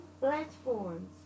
platforms